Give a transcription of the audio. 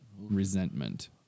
resentment